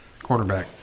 cornerback